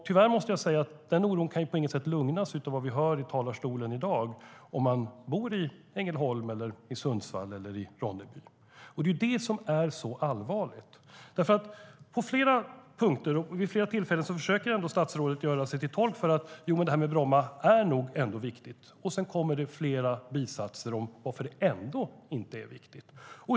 Tyvärr måste jag säga att den oron på inget sätt kan lugnas av vad vi hör i talarstolen i dag om man bor i Ängelholm, Sundsvall eller Ronneby. Det är det som är så allvarligt. På flera punkter och vid flera tillfällen försöker ändå statsrådet göra sig till tolk för att Bromma nog är viktigt. Men sedan kommer det flera bisatser om varför det ändå inte är viktigt.